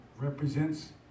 represents